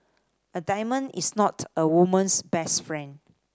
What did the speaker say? a diamond is not a woman's best friend